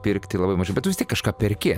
pirkti labai mažai bet vis tiek kažką perki